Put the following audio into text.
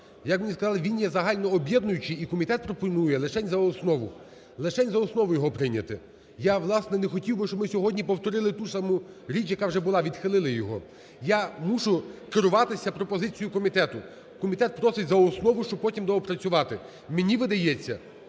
Як мені сказали, він є загальнооб'єднуючий, і комітет пропонує лишень за основу, лишень за основу його прийняти. Я, власне, не хотів би, щоб ми сьогодні повторили ту саму річ, яка вже була, відхили його. Я мушу керуватися пропозицією комітету. Комітет просить за основу, щоб потім доопрацювати. Мені видається,